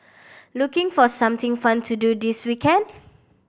looking for something fun to do this weekend